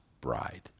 bride